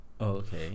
Okay